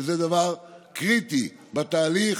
שזה דבר קריטי בתהליך,